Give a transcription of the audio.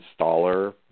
installer